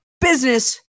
business